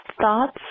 thoughts